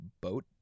boat